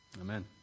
Amen